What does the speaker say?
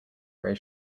gray